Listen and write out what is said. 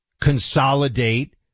consolidate